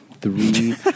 three